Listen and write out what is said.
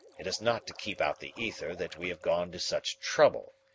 it is not to keep out the ether that we have gone to such trouble.